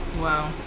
Wow